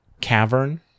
cavern